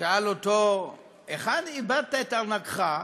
שאל אותו: היכן איבדת את ארנקך?